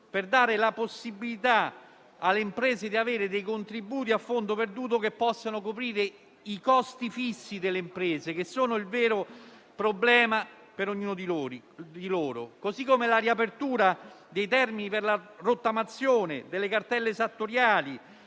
per dare la possibilità alle imprese di avere dei contributi a fondo perduto che possano coprirne i costi fissi, che sono il vero problema per ognuna di loro. Allo stesso modo, la riapertura dei termini per la rottamazione delle cartelle esattoriali